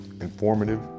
informative